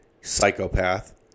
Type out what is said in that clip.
Psychopath